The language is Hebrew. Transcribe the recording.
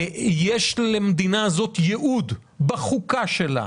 יש למדינה הזאת ייעוד בחוקה שלה,